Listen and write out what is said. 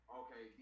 okay